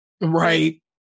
Right